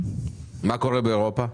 מה קורה באירופה?